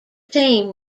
team